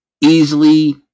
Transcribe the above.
easily